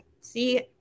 see